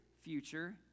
future